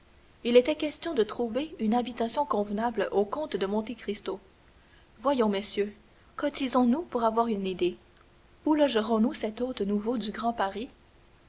il était question de trouver une habitation convenable au comte de monte cristo voyons messieurs cotisons nous pour avoir une idée où logerons nous cet hôte nouveau du grand paris